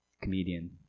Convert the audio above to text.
comedian